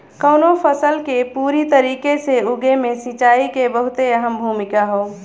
कउनो फसल के पूरी तरीके से उगले मे सिंचाई के बहुते अहम भूमिका हौ